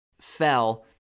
fell